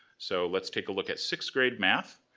so let's take a look at sixth grade math.